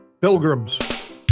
Pilgrims